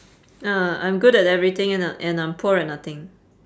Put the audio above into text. uh I'm good at everything and I and I'm poor at nothing